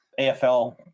AFL